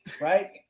right